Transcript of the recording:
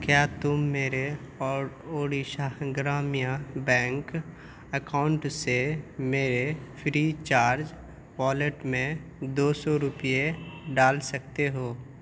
کیا تم میرے اڈیشا گرامیہ بینک اکاؤنٹ سے میرے فری چارج والیٹ دو سو روپے ڈال سکتے ہو